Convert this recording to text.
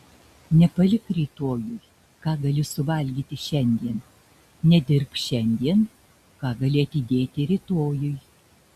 nepalik rytojui ką gali suvalgyti šiandien nedirbk šiandien ką gali atidėti rytojui